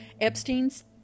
Epstein's